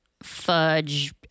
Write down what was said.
Fudge